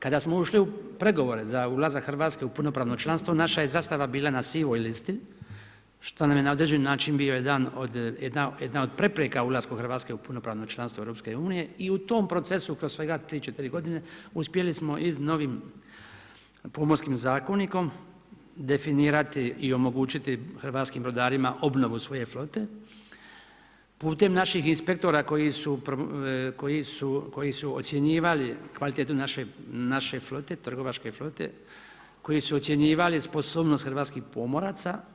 Kada smo ušli u pregovore za ulazak Hrvatske u punopravno članstvo, naša je zastava bila na sivoj listi, što nam je na određeni način bila jedna od prepreka ulaska Hrvatske u punopravno članstvo EU i u tom procesu kroz svega 3-4 g. uspjeli smo i novim pomorskim zakonikom definirati i omogućiti hrvatskim brodarima obnovu svoje flote, putem našim inspektora koji su ocjenjivali kvalitetu naše flote, trgovačke flote, koji su ocjenjivali sposobnost hrvatskih pomoraca.